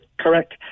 correct